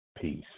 Peace